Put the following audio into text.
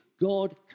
God